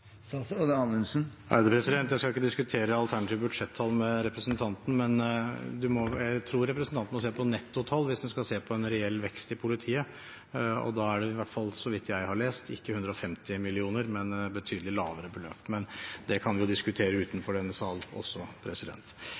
diskutere alternative budsjettall med representanten, men jeg tror representanten må se på nettotall hvis hun skal se på en reell vekst i politiet. Da er det, i hvert fall så vidt jeg har lest, ikke 150 mill. kr, men et betydelig lavere beløp. Men det kan vi jo diskutere utenfor denne